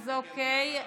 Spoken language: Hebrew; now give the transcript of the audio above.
אז אוקיי.